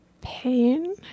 pain